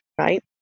right